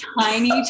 tiny